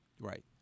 Right